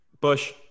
bush